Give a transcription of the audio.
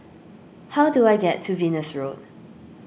how do I get to Venus Road